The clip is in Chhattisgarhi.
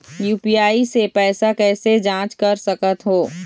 यू.पी.आई से पैसा कैसे जाँच कर सकत हो?